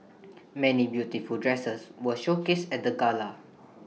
many beautiful dresses were showcased at the gala